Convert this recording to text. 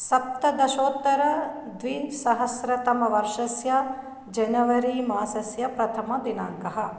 सप्तदशोत्तर द्विसहस्रतमवर्षस्य जनवरी मासस्य प्रथमदिनाङ्कः